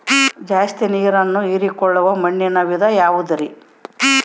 ಜಾಸ್ತಿ ನೇರನ್ನ ಹೇರಿಕೊಳ್ಳೊ ಮಣ್ಣಿನ ವಿಧ ಯಾವುದುರಿ?